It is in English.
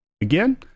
again